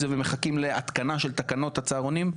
זה ומחכים להתקנה של תקנות הצהרונים?